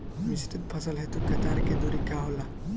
मिश्रित फसल हेतु कतार के दूरी का होला?